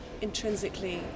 intrinsically